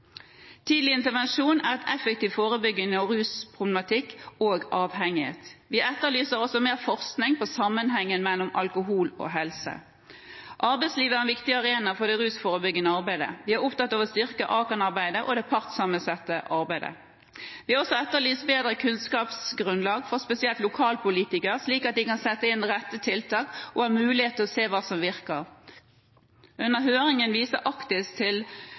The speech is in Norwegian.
Tidlig intervensjon er en effektiv forebygging av rusproblematikk og -avhengighet. Vi etterlyser også mer forskning på sammenhengen mellom alkohol og helse. Arbeidslivet er en viktig arena for det rusforebyggende arbeidet. Vi er opptatt av å styrke Akan-arbeidet og det partssammensatte arbeidet. Vi har også etterlyst bedre kunnskapsgrunnlag for spesielt lokalpolitikere, slik at de kan sette inn rett tiltak og har mulighet til å se hva som virker. Under høringen viste Actis til